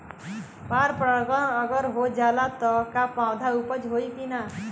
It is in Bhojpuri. पर परागण अगर हो जाला त का पौधा उपज होई की ना?